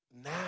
Now